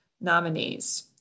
nominees